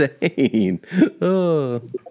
insane